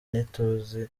ntituzi